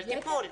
אבל טיפול.